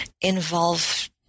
involve